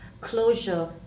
Closure